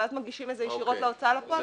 ואז מגישים את זה ישירות להוצאה לפועל.